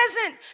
present